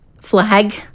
flag